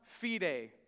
fide